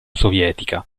sovietica